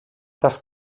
das